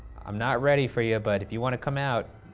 i'm not ready for you, but if you want to come out,